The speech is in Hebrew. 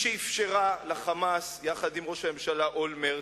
שאפשרה ל"חמאס" יחד עם ראש הממשלה אולמרט,